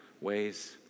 ways